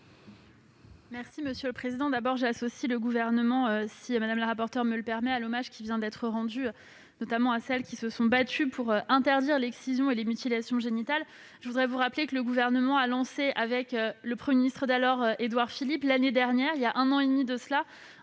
du Gouvernement ? J'associe le Gouvernement, si Mme la rapporteure me le permet, à l'hommage qu'elle vient de rendre à celles qui se sont battues pour interdire l'excision et les mutilations génitales. Je voudrais vous rappeler que le Gouvernement a lancé, avec le Premier ministre d'alors, Édouard Philippe, il y a un an et demi de cela,